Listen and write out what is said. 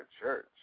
church